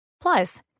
Plus